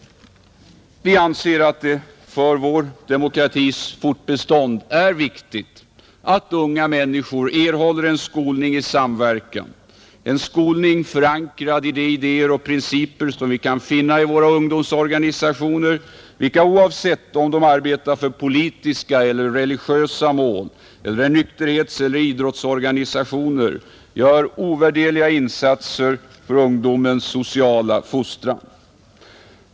Vi anser att det för vår demokratis fortbestånd är viktigt att unga människor erhåller en skolning i samverkan, en skolning förankrad i de idéer och principer som vi kan finna i våra ungdomsorganisationer vilka, oavsett om de arbetar för politiska eller religiösa mål, om de är nykterhetseller idrottsorganisationer, gör ovärderliga insatser för ungdomens sociala fostran.